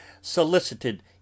solicited